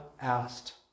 asked